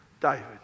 David